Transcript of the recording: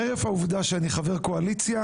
חרף העובדה שאני חבר קואליציה,